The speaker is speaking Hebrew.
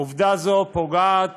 עובדה זו פוגעת